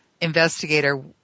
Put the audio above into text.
investigator